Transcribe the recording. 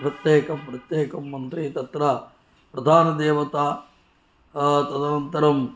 प्रत्येकं प्रत्येकं मन्त्रे तत्र प्रधानदेवता तदनन्तरं